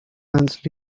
ants